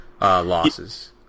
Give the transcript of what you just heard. losses